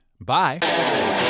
Bye